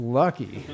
lucky